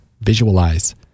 visualize